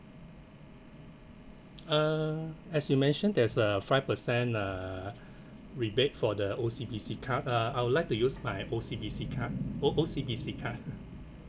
uh as you mentioned there's a five percent uh rebate for the O_C_B_C card uh I would like to use my O_C_B_C card O~ O_C_B_C card